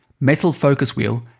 metal focus wheel,